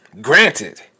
Granted